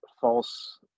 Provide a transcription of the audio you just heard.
false